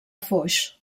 foix